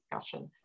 discussion